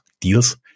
deals